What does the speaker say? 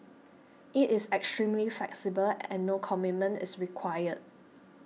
it is extremely flexible and no commitment is required